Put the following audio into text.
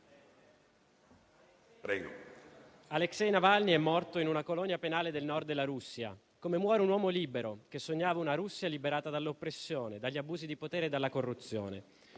Aleksej Navalny è morto in una colonia penale del Nord della Russia, come muore un uomo libero che sognava una Russia liberata dall'oppressione, dagli abusi di potere e dalla corruzione.